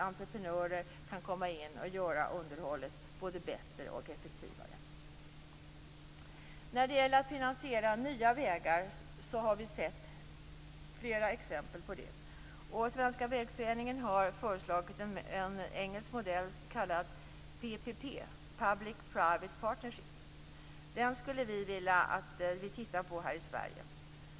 Entreprenörer kan också göra underhållet både bättre och effektivare. Vi har sett flera exempel på finansiering av nya vägar. Svenska Vägföreningen har föreslagit en engelsk modell kallad PPP, Public and Private Partnership. Vi skulle vilja att vi här i Sverige tittade på den.